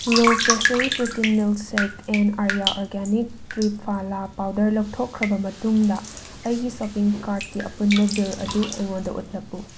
ꯔꯣ ꯄ꯭ꯔꯦꯁꯔꯤ protein milkshake ꯑꯦꯟ ꯑꯥꯔꯤꯌꯥ ꯑꯣꯔꯒꯥꯅꯤꯛ ꯇ꯭ꯔꯤꯐꯥꯜꯂꯥ ꯄꯥꯎꯗꯔ ꯂꯧꯊꯣꯛꯈ꯭ꯔꯕ ꯃꯇꯨꯡꯗ ꯑꯩꯒꯤ ꯁꯣꯞꯄꯤꯡ ꯀꯥꯔꯠꯀꯤ ꯑꯄꯨꯟꯕ ꯕꯤꯜ ꯑꯗꯨ ꯑꯩꯉꯣꯟꯗ ꯎꯠꯂꯛꯎ